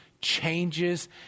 changes